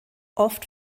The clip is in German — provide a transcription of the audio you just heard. oft